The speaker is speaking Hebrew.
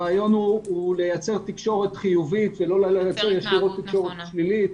הרעיון הוא לייצר תקשורת חיובית ולא ללכת בתקשורת שלילית.